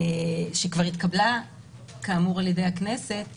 שכבר התקבלה כאמור על ידי הכנסת,